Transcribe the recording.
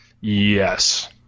Yes